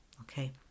Okay